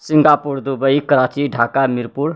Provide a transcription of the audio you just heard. Singapore Dubai Karachi Dhaka Mirpur